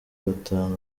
batanu